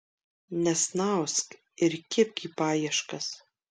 nesnausk ir kibk į paieškas